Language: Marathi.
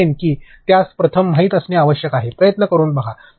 मी म्हणेन की त्यास प्रथम माहित असणे आवश्यक आहे प्रयत्न करून पहा